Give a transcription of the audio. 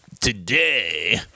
today